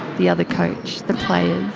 the other coach, the players.